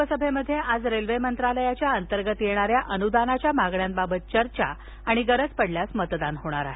लोकसभेमध्ये आज रेल्वे मंत्रालयाच्या अंतर्गत येणाऱ्या अनुदानाच्या मागण्यांबाबत चर्चा आणि गरज पडल्यास मतदान होणार आहे